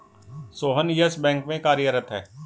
Sohan Yes Bank में कार्यरत है